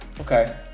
Okay